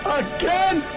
again